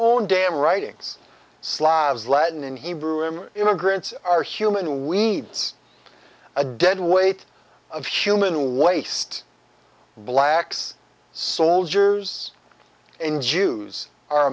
own damn writings slavs latin in hebrew him immigrants are human we needs a dead weight of human waste blacks soldiers and jews are